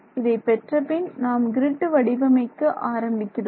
இதைப் பெற்ற பின் நாம் கிரிட் வடிவமைக்க ஆரம்பிக்கிறோம்